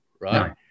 right